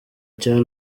cya